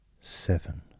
Seven